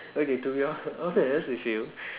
okay to be hon~ honest with you